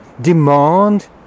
Demand